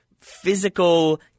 physical